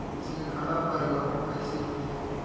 श्रृंखला परिवाहन कइसे होथे?